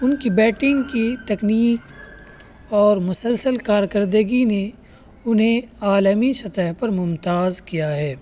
ان کی بیٹنگ کی تکنیک اور مسلسل کارکردگی نے انہیں عالمی سطح پر ممتاز کیا ہے